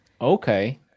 okay